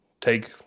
take